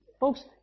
Folks